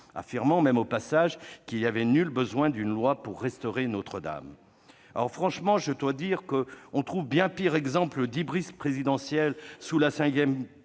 affirmant même au passage qu'il n'y avait nul besoin d'une loi pour restaurer Notre-Dame. Franchement, je dois dire qu'on trouve bien pire exemple d'hybris présidentielle sous la V